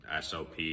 SOP